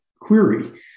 query